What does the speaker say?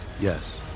Yes